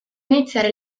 iniziare